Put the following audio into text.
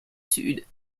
sud